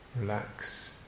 relax